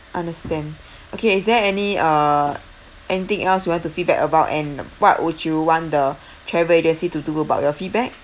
understand okay is there any uh anything else you want to feedback about and what would you want the travel agency to do about your feedback